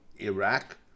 Iraq